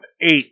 eight